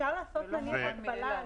זה לא מובן מאליו.